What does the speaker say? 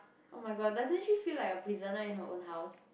oh-my-god doesn't she feel like a prisoner in her own house